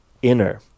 inner